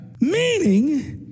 Meaning